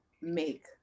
make